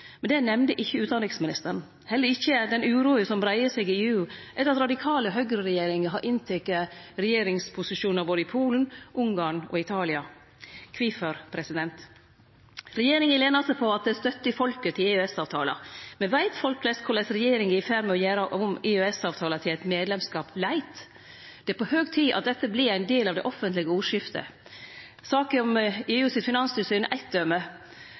Men det nemnde ikkje utanriksministeren. Ho nemnde heller ikkje den uroa som breier seg i EU etter at radikale høgreregjeringar har innteke regjeringsposisjonar i både Polen, Ungarn og Italia. Kvifor gjorde ho ikkje det? Regjeringa lener seg på at det er støtte i folket til EØS-avtalen. Men veit folk flest korleis regjeringa er i ferd med å gjere om EØS-avtalen til eit «medlemskap light»? Det er på høg tid at dette vert ein del av det offentlege ordskiftet. Saka om EUs finanstilsyn er eitt døme.